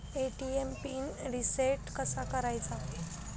ATM PIN reset कसा करायचा?